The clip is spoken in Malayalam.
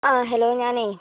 ആ ഹലോ ഞാൻ